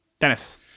Dennis